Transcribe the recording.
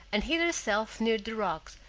and hid herself near the rocks,